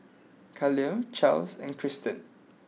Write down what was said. Khalil Charles and Christen